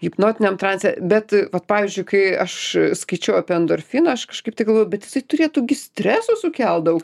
hipnotiniam tranze bet vat pavyzdžiui kai aš skaičiau apie endorfiną aš kažkaip tai galvojau bet jisai turėtų gi streso sukelt daug